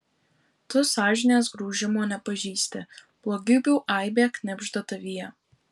tu sąžinės graužimo nepažįsti blogybių aibė knibžda tavyje